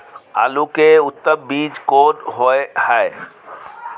आलू के उत्तम बीज कोन होय है?